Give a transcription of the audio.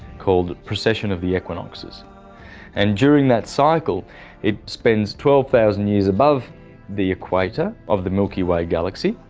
called precession of the equinoxes and during that cycle it spends twelve thousand years above the equator of the milky way galaxy,